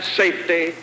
safety